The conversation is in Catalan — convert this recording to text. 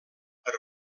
per